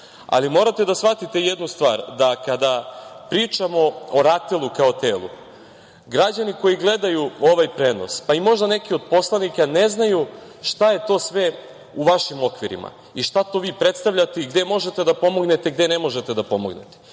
ali morate da shvatite jednu stvar, da kada pričamo o RATEL-u kao telu, građani koji gledaju ovaj prenos, možda i neki od poslanika ne znaju šta je to sve u vašim okvirima i šta vi to predstavljate i gde možete da pomognete i gde ne možete da pomognete. Činjenica